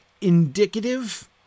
indicative